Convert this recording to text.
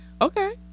Okay